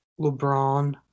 LeBron